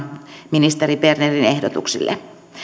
ministeri bernerin ehdotuksille